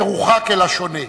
מרוחק, אל השונה.